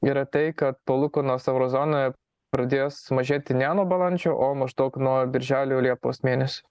yra tai kad palūkanos euro zonoje pradės mažėti ne nuo balandžio o maždaug nuo birželio liepos mėnesių